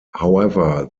however